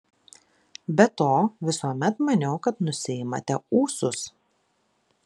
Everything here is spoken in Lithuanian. be to visuomet maniau kad nusiimate ūsus